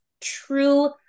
true